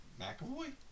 McAvoy